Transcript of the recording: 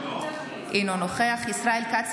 אינו נוכח ישראל כץ,